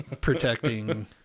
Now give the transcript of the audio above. protecting